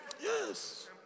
Yes